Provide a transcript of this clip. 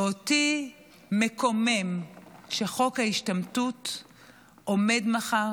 ואותי מקומם שחוק ההשתמטות עומד מחר